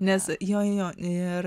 nes jo jo jo